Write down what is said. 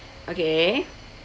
okay